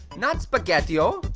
not spaghetti-o.